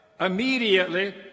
immediately